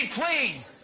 please